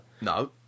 No